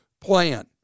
plan